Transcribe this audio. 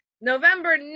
November